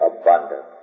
abundance